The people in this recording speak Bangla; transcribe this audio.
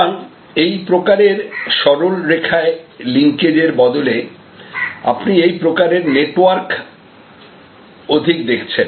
সুতরাং এই প্রকারের সরল রেখায় লিংকেজ এর বদলে আপনি এই প্রকারের নেটওয়ার্ক অধিক দেখছেন